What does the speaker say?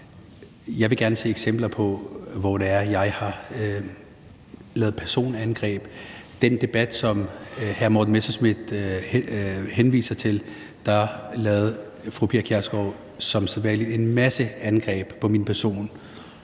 Jeg vil gerne se eksempler på, hvor det er, jeg har lavet personangreb. I den debat, som hr. Morten Messerschmidt henviser til, lavede fru Pia Kjærsgaard som sædvanlig en masse angreb på min person.